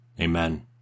Amen